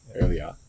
earlier